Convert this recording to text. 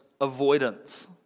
avoidance